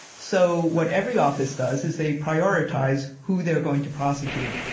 so, what every office does is they prioritize who they're going to prosecute.